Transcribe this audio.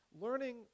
learning